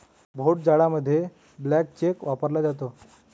भोट जाडामध्ये blank cheque वापरला जातो